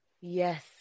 Yes